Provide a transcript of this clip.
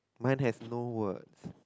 mine has no words